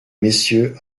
messieurs